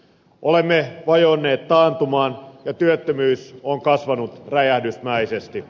olemme vajonneet taantumaan ja työttömyys on kasvanut räjähdysmäisesti